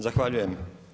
Zahvaljujem.